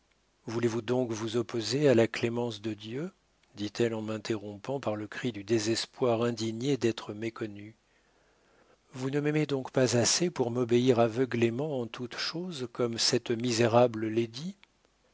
voulez-vous donc vous opposer à la clémence de dieu dit-elle en m'interrompant par le cri du désespoir indigné d'être méconnu vous ne m'aimez donc pas assez pour m'obéir aveuglément en toute chose comme cette misérable